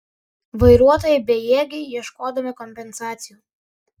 vairuotojai bejėgiai ieškodami kompensacijų